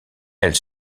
elle